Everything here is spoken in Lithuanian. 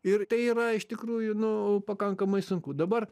ir tai yra iš tikrųjų nu pakankamai sunku dabar